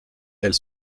elle